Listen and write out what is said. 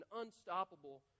unstoppable